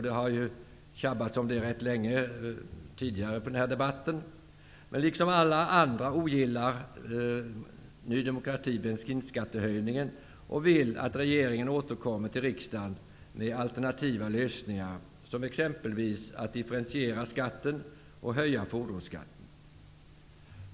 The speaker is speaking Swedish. Det har talats en hel del tidigare i debatten i dag om den frågan. Liksom alla andra ogillar Ny demokrati bensinskattehöjningen och vill att regeringen återkommer till riksdagen med alternativa lösningar, som att t.ex. differentiera skatten och höja fordonsskatten.